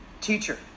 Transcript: teacher